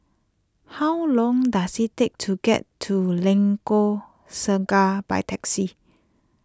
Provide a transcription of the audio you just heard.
how long does it take to get to Lengkok Saga by taxi